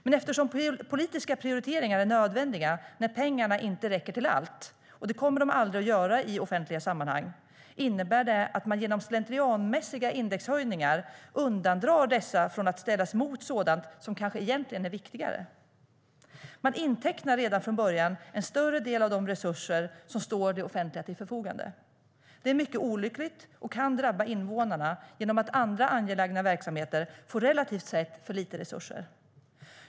Men eftersom politiska prioriteringar är nödvändiga när pengarna inte räcker till allt - och det kommer de aldrig att göra i offentliga sammanhang - innebär det att man genom slentrianmässiga indexhöjningar undandrar dessa verksamheter från att ställas mot sådant som kanske egentligen är viktigare. Man intecknar redan från början en större del av de resurser som står det offentliga till förfogande. Det är mycket olyckligt och kan drabba invånarna genom att andra angelägna verksamheter får, relativt sett, för lite resurser.